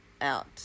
out